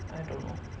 I don't know